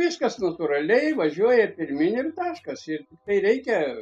viskas natūraliai važiuoja pirmyn ir taškas ir tai reikia